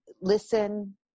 listen